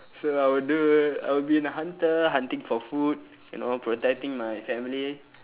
so I would do I would be a hunter hunting for food you know protecting my family